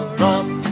rough